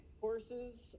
courses